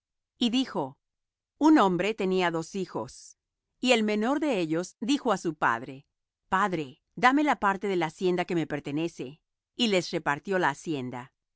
y dijo un hombre tenía dos hijos y el menor de ellos dijo á su padre padre dame la parte de la hacienda que me pertenece y les repartió la hacienda